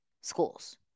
schools